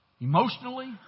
emotionally